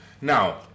Now